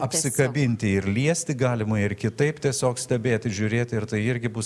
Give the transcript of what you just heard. apsikabinti ir liesti galima ir kitaip tiesiog stebėti žiūrėti ir tai irgi bus